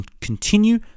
continue